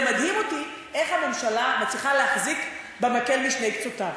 זה מדהים אותי איך הממשלה מצליחה להחזיק במקל בשני קצותיו.